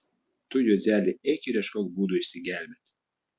tu juozeli eik ir ieškok būdų išsigelbėti